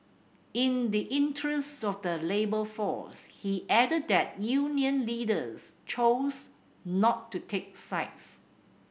in the interest of the labour force he added that union leaders chose not to take sides